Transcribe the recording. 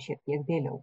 šiek tiek vėliau